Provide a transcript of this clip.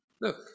Look